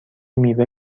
میوه